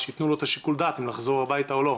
שיתנו לו את שיקול הדעת אם לחזור הביתה או לא.